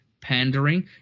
pandering